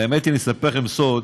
האמת היא, אני אספר לכם סוד,